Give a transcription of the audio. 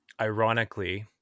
ironically